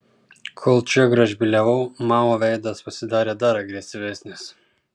kol čia gražbyliavau mao veidas pasidarė dar agresyvesnis